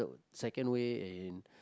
second way in